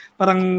parang